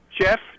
Jeff